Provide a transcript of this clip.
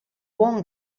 buon